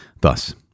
Thus